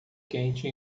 quente